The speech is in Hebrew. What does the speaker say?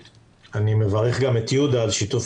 אני מברך גם את יהודה מירון על שיתוף